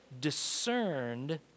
discerned